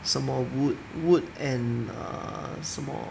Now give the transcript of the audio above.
什么 wood wood and err 什么